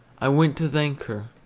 i went to thank her,